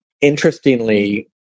interestingly